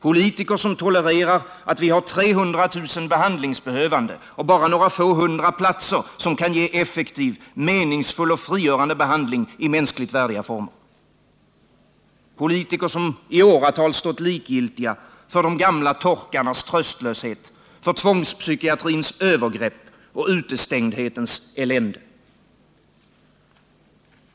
Politiker som tolererar att vi har 300 000 behardlingsbehövande och bara några få hundra platser som kan ge effektiv, meningsfull och frigörande behandling i mänskligt värdiga former. Politiker som i åratal stått likgiltiga inför de gamla torkarnas tröstlöshet, för tvångspsykiatrins övergrepp och utestängdhetens elände.